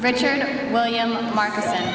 richard williams marketing